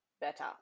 better